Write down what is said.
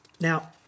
Now